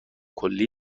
کلی